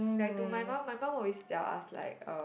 like to my mom my mom always tell us like uh